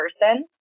person